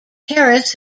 harris